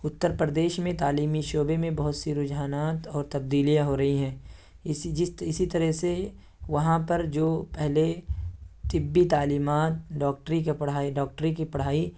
اتّر پردیش میں تعلیمی شعبے میں بہت سے رجحانات اور تبدیلیاں ہو رہی ہیں اسی جس اسی طرح سے وہاں پر جو پہلے طبی تعلیمات ڈاکٹری کے پڑھائی ڈاکٹری کی پڑھائی